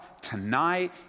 tonight